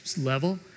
level